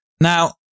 Now